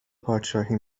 پادشاهی